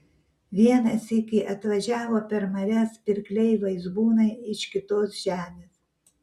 vieną sykį atvažiavo per marias pirkliai vaizbūnai iš kitos žemės